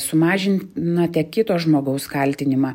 sumažinate kito žmogaus kaltinimą